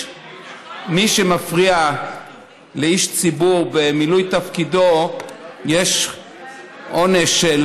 למי שמפריע לאיש ציבור במילוי תפקידו יש עונש של